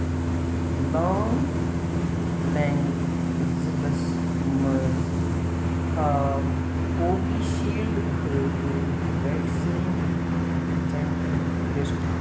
long لیٚنٛگ ضلعس منٛز ہاو کووی شیٖلڈ خٲطرٕ ویکسیٖن سینٹرُک لسٹ